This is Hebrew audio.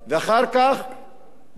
מתוך השרים שיש לו,